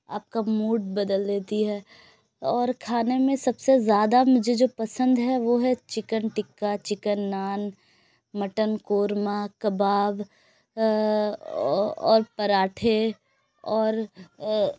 آپ کا موڈ بدل دیتی ہے اور کھانے میں سب سے زیادہ مجھے جو پسند ہے وہ ہے chicken tikka chicken naan mutton korma کباب اور پراٹھے اور